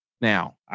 now